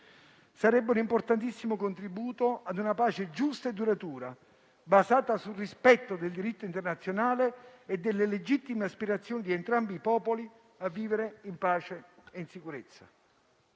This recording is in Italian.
Sarebbe un importantissimo contributo a una pace giusta e duratura, basata sul rispetto del diritto internazionale e delle legittime aspirazioni di entrambi i popoli a vivere in pace e in sicurezza.